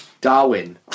Darwin